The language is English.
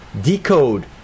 decode